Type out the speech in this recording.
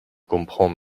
comprends